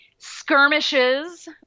skirmishes